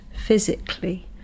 physically